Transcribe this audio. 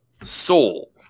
Soul